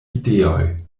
ideoj